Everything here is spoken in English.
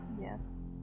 Yes